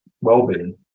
well-being